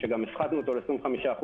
שגם הפחתנו אותו ל-25%,